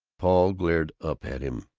paul glared up at him,